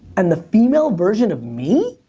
and the female version of me?